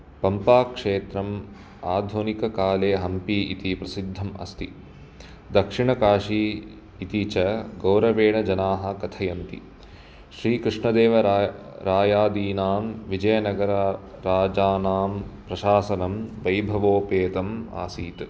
पम्पाक्षेत्रम् आधुनिककाले हम्पी इति प्रसिद्धम् अस्ति दक्षिणकाशी इति च गौरवेण जनाः कथयन्ति श्रीकृष्णदेवरा रायादीनां विजयनगरराजानां प्रसाशनं वैभवोपेतम् आसीत्